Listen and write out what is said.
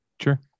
Sure